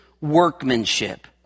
workmanship